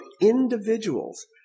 individuals